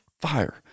fire